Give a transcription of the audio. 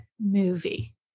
movie